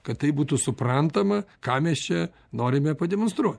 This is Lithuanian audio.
kad tai būtų suprantama ką mes čia norime pademonstruot